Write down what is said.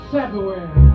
February